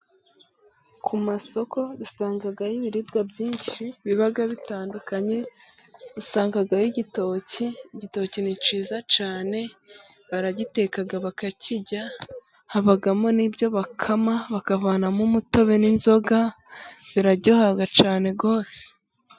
Ku masoko usangaho ibiribwa byinshi biba bitandukanye, usangaho igitoki, igitoki ni cyiza cyane baragiteka bakakirya, habamo n'ibyo bakama bakavanamo umutobe n'inzoga biraryoha cyane rwose.